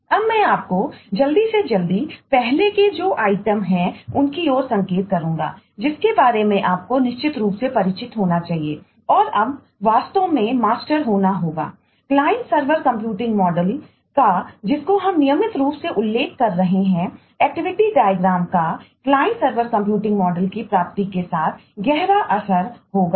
अब मैं आपको जल्दी से जल्दी पहले के जो आइटम है उन की ओर संकेत करूंगा जिसके बारे में आपको निश्चित रूप से परिचित होना चाहिए औरअब वास्तव में मास्टर होना होगा क्लाइंट सर्वर कंप्यूटिंग मॉडल की प्राप्ति के साथ गहरा असर होगा